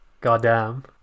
Goddamn